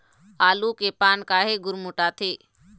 आलू के पान काहे गुरमुटाथे?